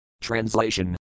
Translation